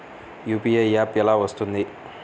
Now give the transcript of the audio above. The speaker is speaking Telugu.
యూ.పీ.ఐ యాప్ ఎలా వస్తుంది?